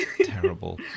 terrible